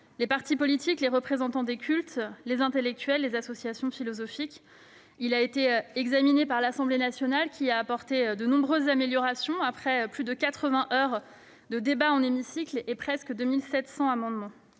les partis politiques, les représentants des cultes, les intellectuels, les associations philosophiques. Il a été examiné par l'Assemblée nationale, qui y a apporté de nombreuses améliorations, après plus de 80 heures de débat dans l'hémicycle et quelque 2 700 amendements.